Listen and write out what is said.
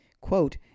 quote